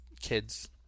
kids